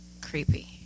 Creepy